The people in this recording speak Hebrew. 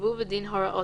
נקבעו בדין הוראות,